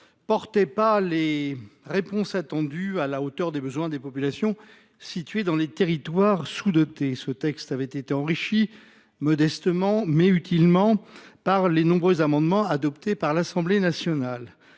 ses dispositions n’étant pas à la hauteur des besoins des populations situées dans les territoires sous dotés. Ce texte avait été enrichi, modestement, mais utilement, par les nombreux amendements adoptés par l’Assemblée nationale.